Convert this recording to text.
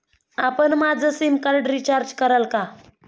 आपण माझं sim card recharge कराल का?